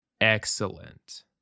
Excellent